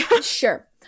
sure